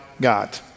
God